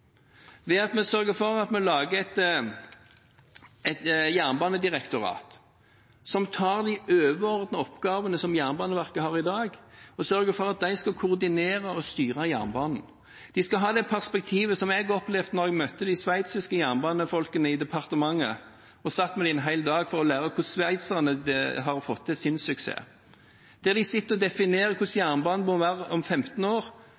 ved at vi sørger for at vi lager et jernbanedirektorat som tar de overordnede oppgavene som Jernbaneverket har i dag, og sørger for at de skal koordinere og styre jernbanen. De skal ha det perspektivet som jeg opplevde da jeg møtte de sveitsiske jernbanefolkene i departementet og satt med dem en hel dag for å lære hvordan sveitserne har fått til sin suksess. De sitter og definerer hvordan jernbanen må være om 15 år